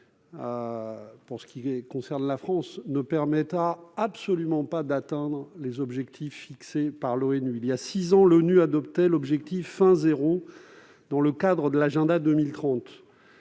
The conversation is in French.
pour ce qui concerne la France ne nous permettra absolument pas d'atteindre les objectifs fixés par l'ONU. Il y a six ans, l'ONU adoptait l'objectif « Faim zéro » dans le cadre de l'Agenda 2030.